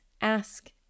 ask